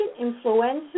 influenza